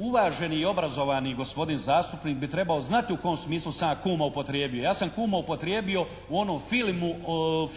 Uvaženi i obrazovani gospodin zastupnik bi trebao znati u kom smislu sam ja kuma upotrijebio. Ja sam kuma upotrijebio u onom filmu … /Govornik